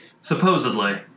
Supposedly